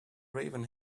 raven